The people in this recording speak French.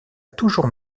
toujours